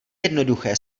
jednoduché